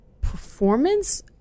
performance